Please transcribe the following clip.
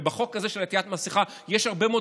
ובחוק הזה של עטיית מסכה יש הרבה מאוד